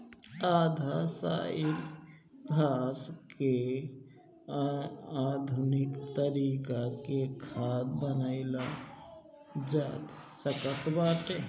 आधा सड़ल घास के आधुनिक तरीका से खाद बनावल जा सकत बाटे